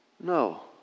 no